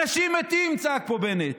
אנשים מתים, צעק פה בנט.